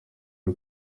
y’u